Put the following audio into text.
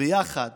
יחד